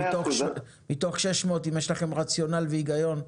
מתוך 600. אם יש לכם רציונל והיגיון,